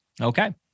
Okay